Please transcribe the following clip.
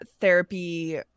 therapy